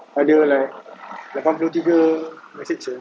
ada like lapan puluh tiga message sia